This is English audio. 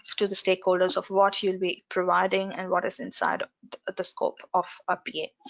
to the stakeholders. of what you'll be providing and what is inside the scope of rpa.